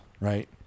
right